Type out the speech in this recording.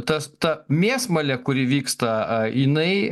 tas ta mėsmalė kuri vyksta a jinai